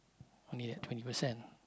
only that twenty percent